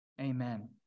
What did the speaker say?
Amen